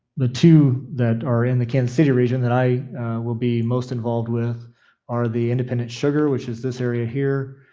the two that are in the kansas city region that i will be most involved with are the independent sugar, which is this area here,